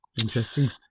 Interesting